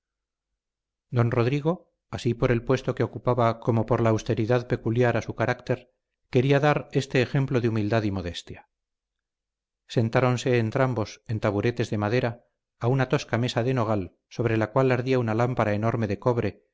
don rodrigo así por el puesto que ocupaba como por la austeridad peculiar a un carácter quería dar este ejemplo de humildad y modestia sentáronse entrambos en taburetes de madera a una tosca mesa de nogal sobre la cual ardía una lámpara enorme de cobre